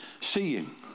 seeing